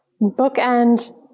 bookend